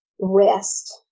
rest